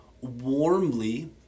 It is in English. warmly